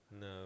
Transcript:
No